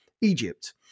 Egypt